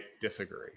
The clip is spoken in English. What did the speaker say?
disagree